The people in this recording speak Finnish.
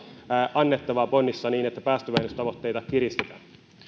annettavaa bonnissa niin että päästövähennystavoitteita kiristetään